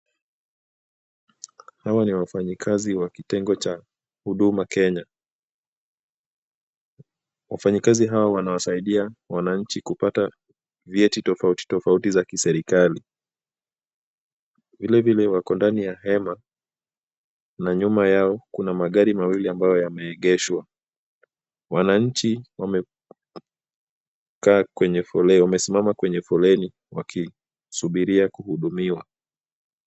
Hawa ni wafanyikazi wa kitengo cha huduma Kenya. Wafanyikazi hawa wanawasaidia wananchi kupata vyeti tofauti tofauti za kiserikali. Vilevile wako ndani ya hema na nyuma yao kuna magari mawili ambayo yameegeshwa. Wananchi wamesimama kwenye foleni wakisubiria kuhudumiwa.